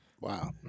Wow